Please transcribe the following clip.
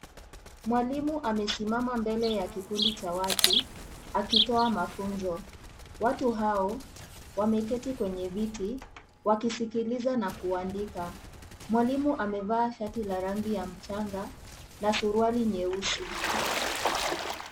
Mwalimu amesimama mbele ya kikundi cha watu. Akitoa mafunzo. Watu hao, wameketi kwenye viti, wakisikiliza na kuandika. Mwalimu amevaa shati la rangi ya mchanga na suruali nyeusi.